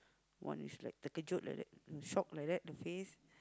one is like terkejut like that the shocked like that the face